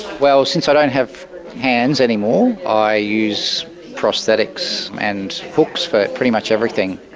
well, since i don't have hands anymore i use prosthetics and hooks for pretty much everything,